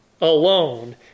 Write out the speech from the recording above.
alone